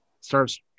starts